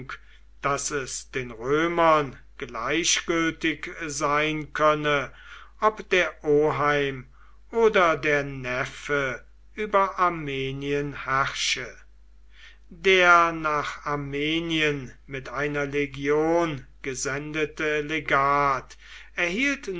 daß es den römern gleichgültig sein könne ob der oheim oder der neffe über armenien herrsche der nach armenien mit einer legion gesendete legat erhielt